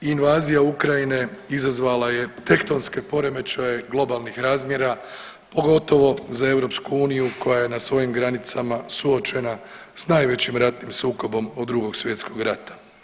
Invazija Ukrajine izazvala je tektonske poremećaje globalnih razmjera pogotovo za EU koja je na svojim granicama suočena sa najvećim ratnim sukobom od Drugog svjetskog rata.